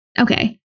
Okay